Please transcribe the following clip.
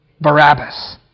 Barabbas